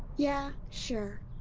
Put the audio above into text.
yeah, sure.